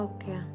Okay